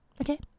okay